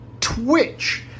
Twitch